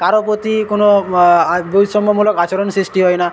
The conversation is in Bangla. কারো প্রতি কোনো বৈষম্যমূলক আচরণ সৃষ্টি হয় না